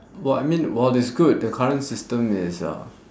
well I mean while it's good the current system is uh